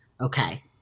Okay